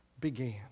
began